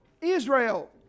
israel